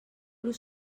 los